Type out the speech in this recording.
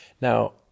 now